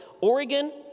Oregon